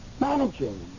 Managing